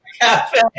cafe